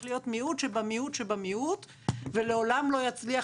להיות מיעוט שבמיעוט שבמיעוט ולעולם לא יצליח